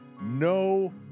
no